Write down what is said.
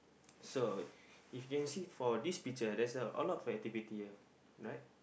so if you can see for this picture there's a a lot of activity here right